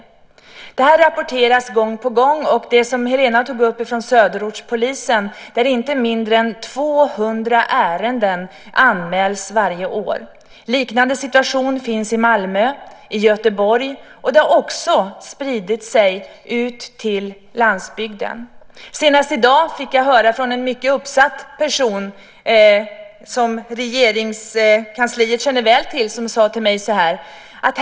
Sådant här rapporteras gång på gång, och Helena tog upp att inte mindre än 200 sådana ärenden anmäls varje år till Söderortspolisen. Det är en liknande situation i Malmö och i Göteborg, och samma företeelse har också spritt sig ut till landsbygden. Senast i dag fick jag från en högt uppsatt person, mycket välkänd inom Regeringskansliet, höra följande.